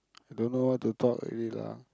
don't know what to talk already lah